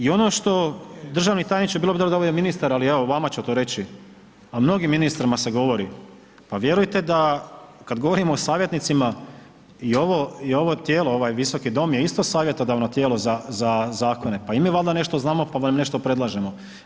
I ono što, državni tajniče bilo dobro da je ovdje ministar, ali evo vama ću to reći, a mnogim ministrima se govori, pa vjerujte da kad govorimo o savjetnicima i ovo tijelo i ovaj visoki dom je isto savjetodavno tijelo za zakone, pa i mi valjda nešto znamo pa vam nešto predlažemo.